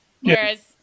Whereas